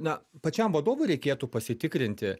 na pačiam vadovui reikėtų pasitikrinti